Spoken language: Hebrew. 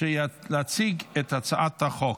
להציג את הצעת החוק.